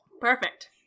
Perfect